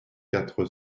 quatre